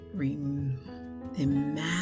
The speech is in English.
Imagine